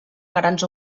grans